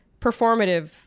performative